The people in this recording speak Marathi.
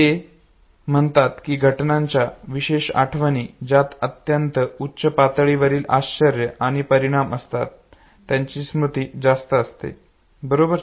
ते म्हणतात की घटनांच्या विशेष आठवणी ज्यात अत्यंत उच्च पातळीवरील आश्चर्य आणि परिणाम असतात त्यांची स्मृती जास्त असते बरोबर